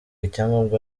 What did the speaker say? icyangombwa